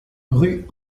rue